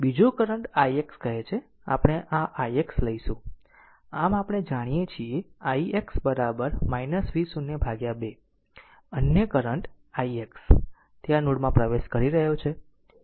બીજો current ix કહે છે આપણે આ ix લઈશું આમ આપણે જાણીએ છીએ ix V0 2 અન્ય કરંટ ix તે આ નોડમાં પ્રવેશ કરી રહ્યો છે